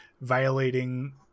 violating